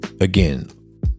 again